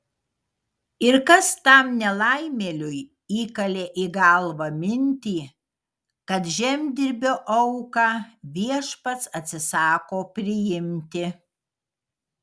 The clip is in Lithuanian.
ir kas tam nelaimėliui įkalė į galvą mintį kad žemdirbio auką viešpats atsisako priimti